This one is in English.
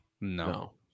no